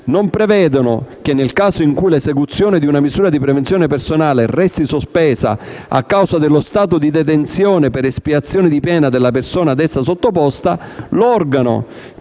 non prevedono che, nel caso in cui l'esecuzione di una misura di prevenzione personale resti sospesa a causa dello stato di detenzione per espiazione di pena della persona ad essa sottoposta, l'organo